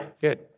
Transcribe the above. Good